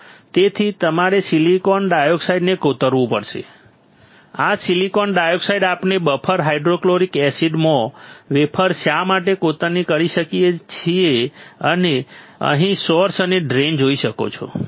તેથી તમારે સિલિકોન ડાયોક્સાઈડને કોતરવું પડશે આ સિલિકોન ડાયોક્સાઈડ આપણે બફર હાઇડ્રોફ્લોરિક એસિડમાં વેફર શા માટે કોતરણી કરી શકીએ છીએ અને તમે અહીં સોર્સ અને ડ્રેઇન જોઈ શકો છો